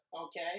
Okay